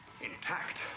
Intact